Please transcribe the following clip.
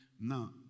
Now